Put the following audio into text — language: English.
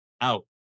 out